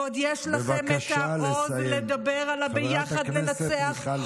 ועוד יש לכם את העוז לדבר על ה"ביחד ננצח" חברת הכנסת מיכל שיר,